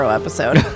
episode